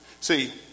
See